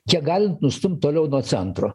kiek galint nustumt toliau nuo centro